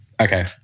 okay